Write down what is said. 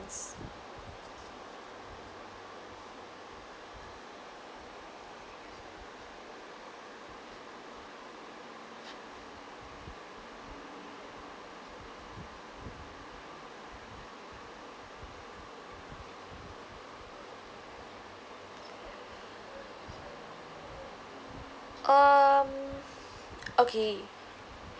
um okay